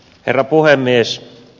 herra puhemies